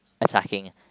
attacking